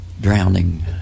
drowning